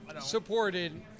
supported